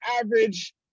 average